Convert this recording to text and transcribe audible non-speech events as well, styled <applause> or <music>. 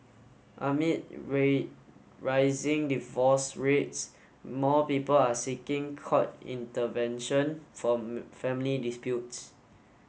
amid <unintelligible> rising divorce rates more people are seeking court intervention for family disputes